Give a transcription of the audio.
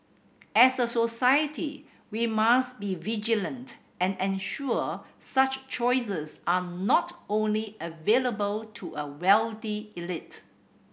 as a society we must be vigilant and ensure such choices are not only available to a wealthy elite